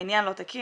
שהעניין לא תקין,